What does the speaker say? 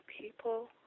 people